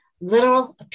literal